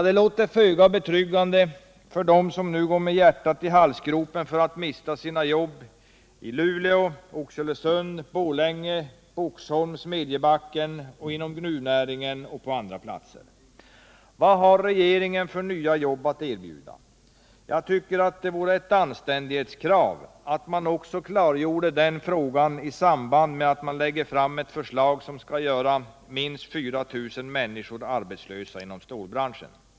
Det låter föga betryggande för dem som nu går med hjärtat i halsgropen av rädsla för att mista sina jobb i Luleå, Oxelösund, Borlänge, Boxholm, Smedjebacken, på orterna inom gruvnäringen och på andra platser. Vad har regeringen för nya jobb att erbjuda? Jag tycker att det är ett anständighetskrav att man klargör den frågan i samband med att man lägger fram ett förslag som innebär att minst 4 000 människor inom stålbranschen blir arbetslösa.